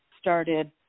started